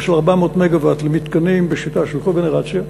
של 400 מגה-ואט למתקנים בשיטה של קו-גנרציה,